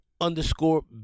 underscore